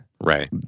Right